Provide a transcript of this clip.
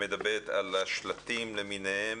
שמדברת על השלטים למיניהם,